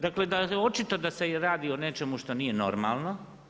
Dakle, očito da se radi o nečemu što nije normalno.